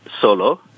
solo